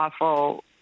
awful